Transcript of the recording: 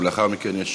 ולאחר מכן, יש